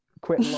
quit